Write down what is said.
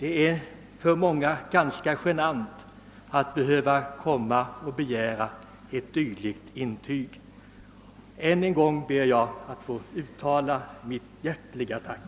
Det är för många ganska genant att komma och begära ett dylikt intyg. Än en gång ber jag att få uttala mitt hjärtliga tack.